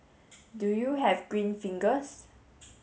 do you have green fingers